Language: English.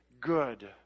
good